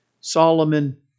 Solomon